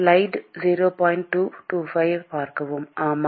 மாணவர் ஆம்